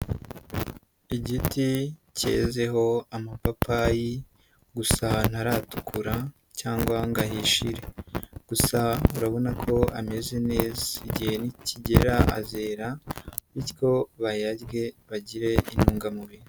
Igiti cyezeho amapapayi, gusa ntaratukura cyangwa ngo ahishire. Gusa urabona ko ameze neza. Igihe nikigera agera bityo bayarye, bagire intungamubiri.